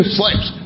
slaves